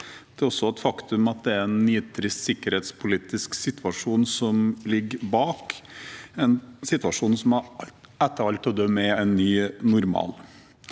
Det er også et faktum at det er en nitrist sikkerhetspolitisk situasjon som ligger bak – en situasjon som etter alt å dømme er en ny normal.